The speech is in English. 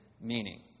meaning